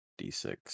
D6